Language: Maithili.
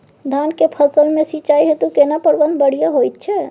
धान के फसल में सिंचाई हेतु केना प्रबंध बढ़िया होयत छै?